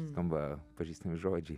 skamba pažįstami žodžiai